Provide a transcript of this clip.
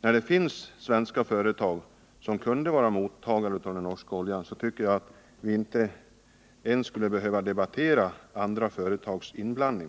När det finns svenska företag som kunde vara mottagare av den norska oljan, så tycker jag att vi inte ens skulle behöva debattera andra företags inblandning.